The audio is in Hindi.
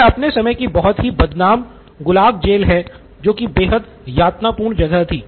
यह अपने समय की बहुत ही बदनाम गुलाग जेल है जो की बेहद यातनापूर्ण जगह थी